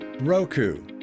Roku